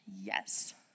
Yes